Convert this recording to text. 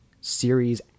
series